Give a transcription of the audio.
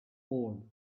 all